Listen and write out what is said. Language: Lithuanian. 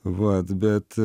vat bet